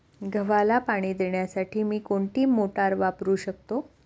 गव्हाला पाणी देण्यासाठी मी कोणती मोटार वापरू शकतो?